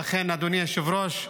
אדוני היושב-ראש,